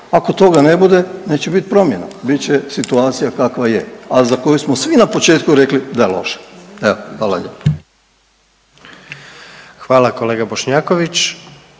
Ako toga ne bude neće biti promjena, bit će situacija kakva je, a za koju smo svi na početku rekli da je loša. Evo, hvala lijepo. **Jandroković,